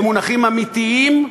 למונחים אמיתיים,